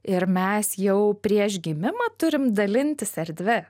ir mes jau prieš gimimą turim dalintis erdve